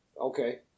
okay